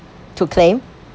to claim